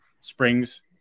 springs